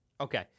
Okay